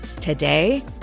Today